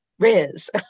Riz